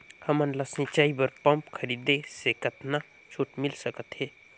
हमन ला सिंचाई बर पंप खरीदे से कतका छूट मिल सकत हे?